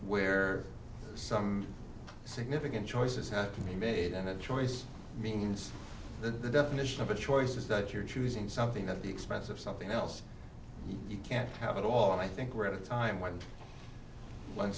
where some significant choices have to be made and a choice means that the definition of a choice is that you're choosing something at the expense of something else you can't have it all and i think we're at a time when when